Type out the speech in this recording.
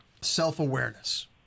Self-awareness